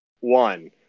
One